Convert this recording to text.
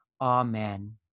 Amen